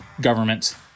government